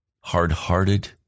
hard-hearted